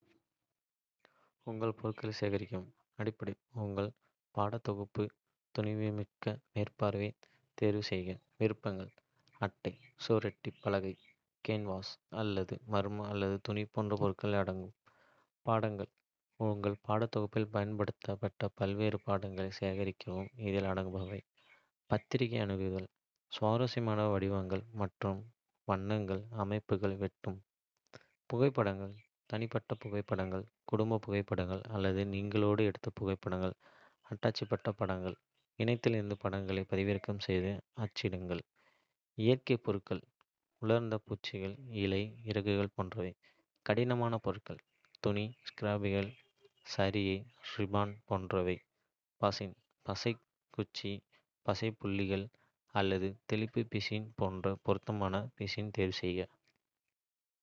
உங்கள் பொருட்களை சேகரிக்கவும். அடிப்படை உங்கள் படத்தொகுப்புக்கு துணிவுமிக்க மேற்பரப்பைத் தேர்வுசெய்க. விருப்பங்களில் அட்டை, சுவரொட்டி பலகை, கேன்வாஸ் அல்லது மரம் அல்லது துணி போன்ற பொருட்களும் அடங்கும். படங்கள் உங்கள் படத்தொகுப்பில் பயன்படுத்த பல்வேறு படங்களை சேகரிக்கவும். இதில் அடங்குபவை. பத்திரிகை துணுக்குகள் சுவாரஸ்யமான வடிவங்கள், வண்ணங்கள் மற்றும் அமைப்புகளை வெட்டுங்கள். புகைப்படங்கள்: தனிப்பட்ட புகைப்படங்கள், குடும்பப் புகைப்படங்கள் அல்லது நீங்களே எடுத்த படங்கள். அச்சிடப்பட்ட படங்கள் இணையத்திலிருந்து படங்களை பதிவிறக்கம் செய்து அச்சிடுங்கள். இயற்கை பொருட்கள் உலர்ந்த பூக்கள், இலைகள், இறகுகள் போன்றவை. கடினமான பொருட்கள் துணி ஸ்கிராப்புகள், சரிகை, ரிப்பன் போன்றவை. பிசின் பசை குச்சி, பசை புள்ளிகள் அல்லது தெளிப்பு பிசின் போன்ற பொருத்தமான பிசின் தேர்வுசெய்க.